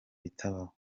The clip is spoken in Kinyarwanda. bitabaho